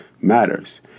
matters